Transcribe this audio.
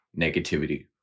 negativity